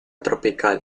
tropical